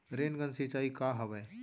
Rain gun सिंचाई का हवय?